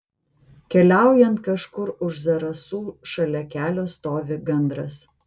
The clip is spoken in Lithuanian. keliaujant kažkur už zarasų šalia kelio stovi gandras